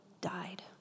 died